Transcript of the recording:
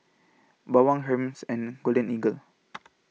Bawang Hermes and Golden Eagle